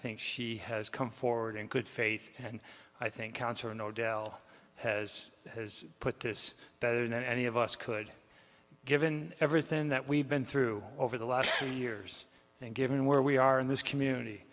think she has come forward in good faith and i think counsel and odell has has put this better than any of us could given everything that we've been through over the last two years and given where we are in this community